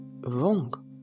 wrong